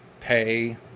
pay